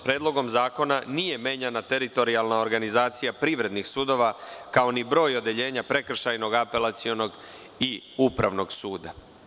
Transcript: Predlogom zakona nije menjana teritorijalna organizacija privrednih sudova, kao ni broj odeljenja Prekršajnog, Apelacionog i Upravnog suda.